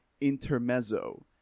intermezzo